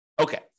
Okay